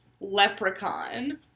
Leprechaun